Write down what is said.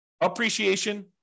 appreciation